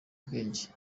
ubwenge